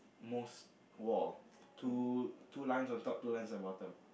most wall two two lines on top two lines on the bottom